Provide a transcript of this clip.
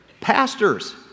Pastors